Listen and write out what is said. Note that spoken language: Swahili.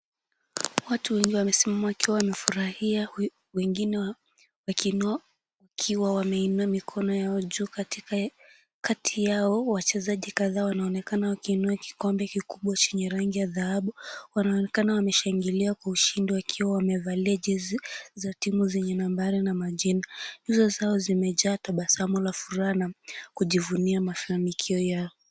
Watu wengi wamesimama wakiwa wamefurahia wengine wakiinua wakiwa wameinua mikono yao juu. Kati yao wachezaji kadhaa wanaonekana wakiinua kikombe kikubwa chenye rangi ya dhahabu wanaonekaana wameshangilia kwa ushindi wakiwa wamevalia jezi za timu zenye nambari na majina. Nyuso zao zimejawa na tabasamu na furaha kujivunia mafanikio yao.